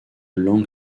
langue